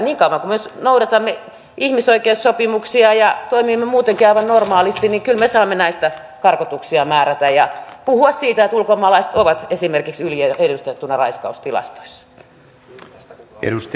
niin kauan kuin me noudatamme ihmisoikeussopimuksia ja toimimme muutenkin aivan normaalisti kyllä me saamme näistä karkotuksia määrätä ja puhua siitä että ulkomaalaiset ovat esimerkiksi yliedustettuina raiskaustilastoissa